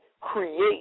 create